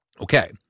Okay